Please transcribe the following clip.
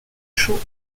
chauds